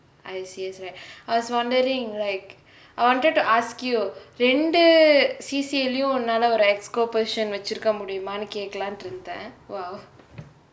I_C_S right I was wondering like I wanted to ask you ரெண்டு:rendu C_C_A லேயும் உன்னாலே ஒரு:leyum unnalee oru executive committee position வெச்சிருக்க முடியுமானு கேக்கலாந்து இருந்தே:vechirukke mudiyumaanu kekkelaantu irunthae !wow!